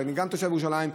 אני גם תושב ירושלים,